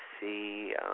see